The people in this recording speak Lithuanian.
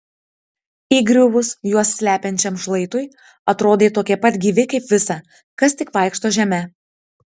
įgriuvus juos slepiančiam šlaitui atrodė tokie pat gyvi kaip visa kas tik vaikšto žeme